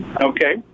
Okay